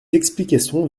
explications